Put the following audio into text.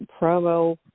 promo